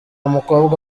mukobwa